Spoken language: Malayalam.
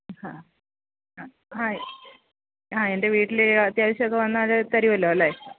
ഹാ ആ ആ ആ എന്റെ വീട്ടിൽ എനിക്ക് അത്യാവശ്യമൊക്കെ വന്നാൽ തരുമല്ലോ അല്ലേ